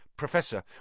Professor